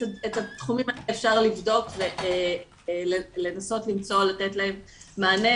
אפשר לבדוק את התחומים האלה ולנסות לתת להם מענה